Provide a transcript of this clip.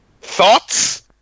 Thoughts